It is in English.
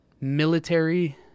military